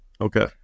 Okay